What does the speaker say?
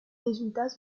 résultats